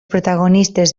protagonistes